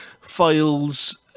files